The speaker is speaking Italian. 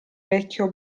vecchio